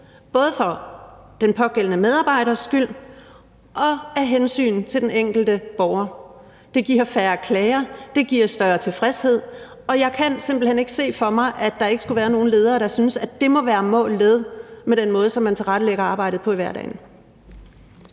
både for den pågældende medarbejders skyld og af hensyn til den enkelte borger. Det giver færre klager, det giver større tilfredshed, og jeg kan simpelt hen ikke se for mig, at der ikke skulle være nogen leder, der synes, at det må være målet med den måde, som man tilrettelægger arbejdet på i hverdagen.